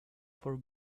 for